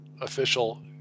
official